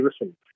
listen